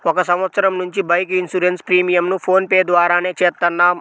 ఒక సంవత్సరం నుంచి బైక్ ఇన్సూరెన్స్ ప్రీమియంను ఫోన్ పే ద్వారానే చేత్తన్నాం